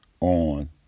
on